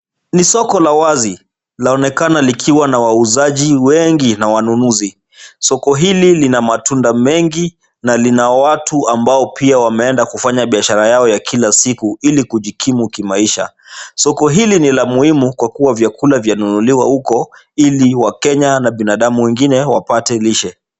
Ni soko la wazi. Laonekana likiwa na wauzaji wengi na wanunuzi. Soko hili lina matunda mengi na lina watu ambao pia wameenda kufanya biashara yao ya kila siku, ili kujikimu kimaisha. Soko hili ni la muhimu kwa kuwa vyakula vyanunuliwa huko, ili wakenya na binadamu wengine wapate lishe.